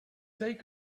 take